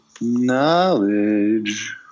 Knowledge